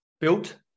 built